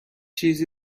چیزی